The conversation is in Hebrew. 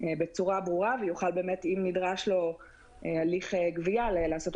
כדי שלא נגיע למצב